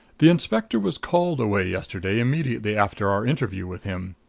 the inspector was called away yesterday immediately after our interview with him.